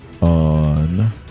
on